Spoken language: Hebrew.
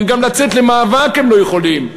גם לצאת למאבק הם לא יכולים.